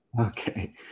Okay